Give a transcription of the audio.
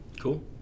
Cool